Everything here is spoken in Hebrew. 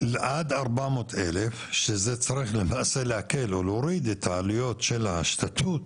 עד 400 אלף שזה צריך למעשה להקל או להוריד את העלויות של ההשתפות,